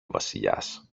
βασιλιάς